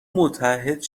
متعهد